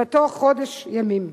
בתוך חודש ימים.